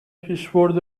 پیشبرد